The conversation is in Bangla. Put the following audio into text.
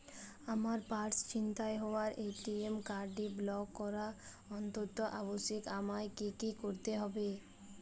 আমার পার্স ছিনতাই হওয়ায় এ.টি.এম কার্ডটি ব্লক করা অত্যন্ত আবশ্যিক আমায় কী কী করতে হবে?